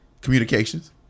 Communications